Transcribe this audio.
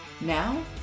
Now